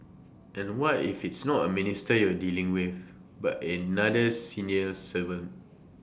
and what if it's not A minister you're dealing with but another civil servant